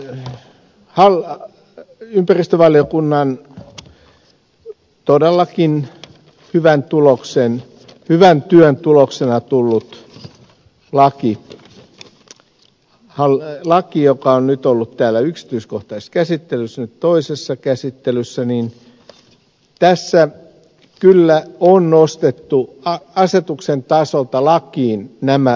sitten tässä ympäristövaliokunnan todellakin hyvän työn tuloksena tulleessa laissa joka on nyt ollut täällä yksityiskohtaisessa käsittelyssä nyt toisessa käsittelyssä kyllä on nostettu asetuksen tasolta lakiin nämä asiat